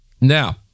now